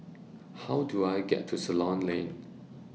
How Do I get to Ceylon Lane